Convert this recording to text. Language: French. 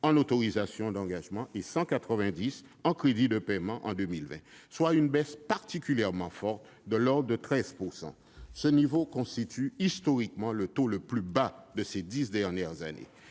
en autorisations d'engagement et 190 millions d'euros en crédits de paiement en 2020, soit une baisse particulièrement forte, de l'ordre de 13 %. Ce niveau constitue le taux historiquement le plus bas de ces dix dernières années.